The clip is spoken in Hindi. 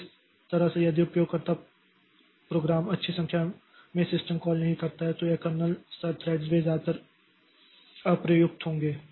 तो इस तरह से यदि उपयोगकर्ता प्रोग्राम अच्छी संख्या में सिस्टम कॉल नहीं करता है तो यह कर्नेल स्तर थ्रेड्स वे ज्यादातर अप्रयुक्त होंगे